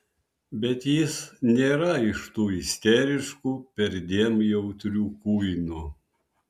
bet jis nėra iš tų isteriškų perdėm jautrių kuinų